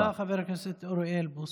תודה, חבר הכנסת אוראל בוסו.